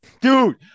Dude